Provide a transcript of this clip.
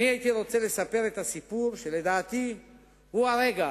אני הייתי רוצה לספר את הסיפור שלדעתי הוא הרגע